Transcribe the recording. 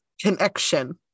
connection